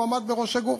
והוא עמד בראש הגוף